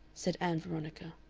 said ann veronica.